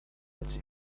als